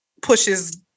pushes